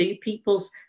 people's